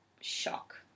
shock